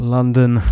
London